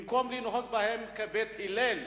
במקום לנהוג בהם כבית הלל,